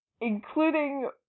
including